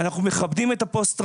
אנחנו מכבדים את הפוסט טראומה,